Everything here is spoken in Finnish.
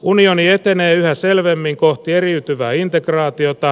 unioni etenee yhä selvemmin kohti eriytyvää integraatiota